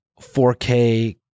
4k